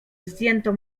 zdjęto